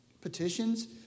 Petitions